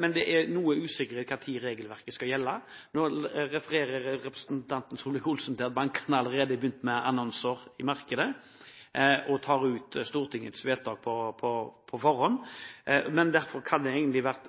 Men det er noe usikkert når regelverket skal gjelde. Representanten Solvik-Olsen refererer til at bankene allerede er begynt med annonser i markedet og tar Stortingets vedtak på forskudd, og derfor hadde det vært